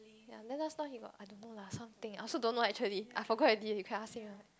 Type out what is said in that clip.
ya just now he got I don't lah something I also don't know actually I forgot already you can ask him